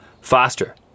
faster